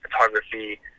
photography